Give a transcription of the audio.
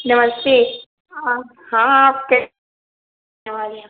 नमस्ते हाँ आप के वाले हैं